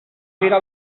gira